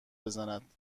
بزند